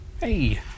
Hey